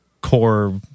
core